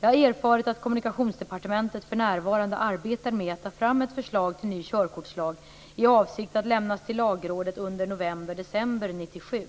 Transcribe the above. Jag har erfarit att Kommunikationsdepartementet för närvarande arbetar med att ta fram ett förslag till ny körkortslag m.m. i avsikt att lämnas till Lagrådet under november/december 1997.